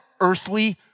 Earthly